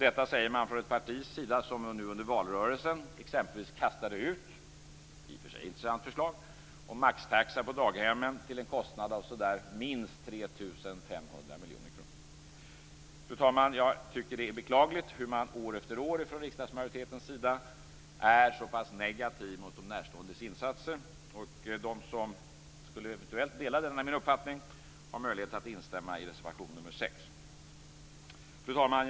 Detta säger man i ett parti som under valrörelsen kastade ut ett i och för sig intressant förslag om maxtaxa på daghemmen till en kostnad av minst Fru talman! Det är beklagligt hur man år efter år från riksdagsmajoritetens sida är så pass negativ mot de närståendes insatser. De som eventuellt delar min uppfattning har möjlighet att instämma i reservation nr 6. Fru talman!